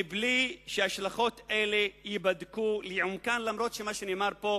מבלי שהשלכות אלה ייבדקו לעומקן, אף שמה שנאמר פה,